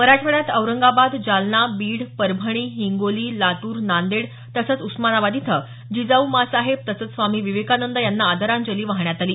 मराठवाड्यात औरंगाबाद जालना बीड परभणी हिंगोली लातूर नांदेड तसंच उस्मानाबाद इथं जिजाऊ माँ साहेब तसंच स्वामी विवेकानंद यांना आदरांजली वाहण्यात आली